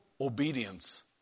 obedience